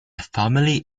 family